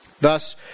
Thus